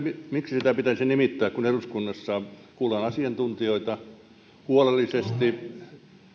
miksi sitä pitäisi nimittää kun eduskunnassa kuullaan asiantuntijoita huolellisesti